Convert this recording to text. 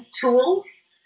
tools